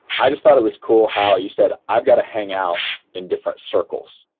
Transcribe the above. i just thought it was cool how you said, i've got to hang out in different circles,